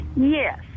Yes